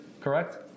correct